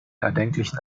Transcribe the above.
erdenklichen